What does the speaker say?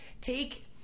Take